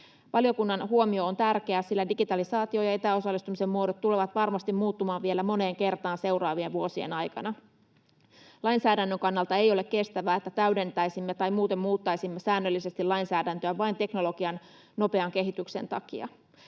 Valiokunnan huomio on tärkeä, sillä digitalisaatio ja etäosallistumisen muodot tulevat varmasti muuttumaan vielä moneen kertaan seuraavien vuosien aikana. Lainsäädännön kannalta ei ole kestävää, että täydentäisimme tai muuten muuttaisimme säännöllisesti lainsäädäntöä vain teknologian nopean kehityksen takia.